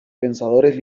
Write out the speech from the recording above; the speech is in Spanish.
pensadores